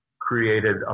created